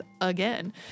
again